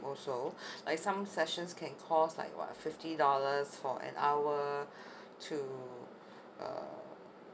also like some sessions can cost like what fifty dollars for an hour to uh